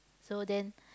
so then